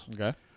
Okay